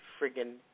friggin